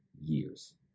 years